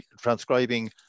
transcribing